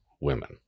women